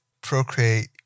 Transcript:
Procreate